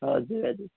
हजुर हजुर